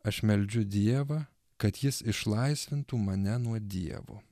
aš meldžiu dievą kad jis išlaisvintų mane nuo dievo